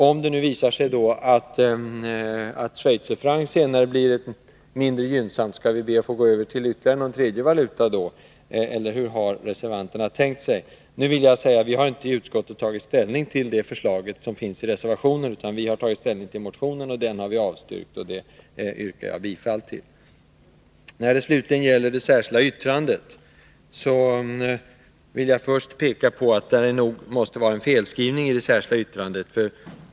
Om det visar sig att schweizerfranc senare blir mindre gynnsamt, skall vi be att få gå över till någon tredje valuta då, eller hur har reservanterna tänkt sig? Nu vill jag säga att vi i utskottet inte har tagit ställning till det förslag som finns i reservationen, utan vi har tagit ställning till motionen, och den har vi avstyrkt. Jag yrkar bifall till utskottets hemställan. När det slutligen gäller det särskilda yttrandet vill jag först peka på att det måste vara en felskrivning i det.